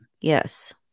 Yes